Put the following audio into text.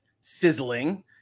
sizzling